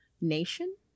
nation